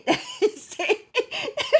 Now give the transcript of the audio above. then he said